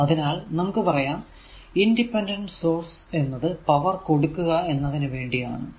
അതിനാൽ നമുക്ക് പറയാം ഇൻഡിപെൻഡന്റ് സോഴ്സ് എന്നത് പവർ കൊടുക്കുക എന്നതിന് വേണ്ടി ആണ്